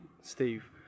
Steve